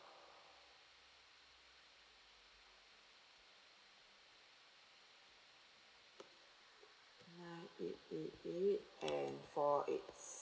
nine eight eight eight and four eight six